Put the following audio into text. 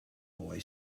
boy